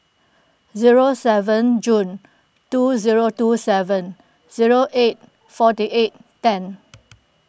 zero seven June two zero two seven zero eight forty eight ten